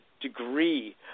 degree